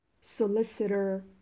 solicitor